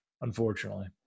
unfortunately